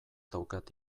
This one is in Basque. daukat